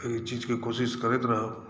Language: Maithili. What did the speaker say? एहि चीजके कोशिश करैत रहब